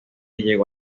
llegó